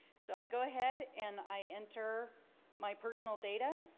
so i go ahead and i enter my personal data.